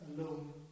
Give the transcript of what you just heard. alone